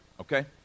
okay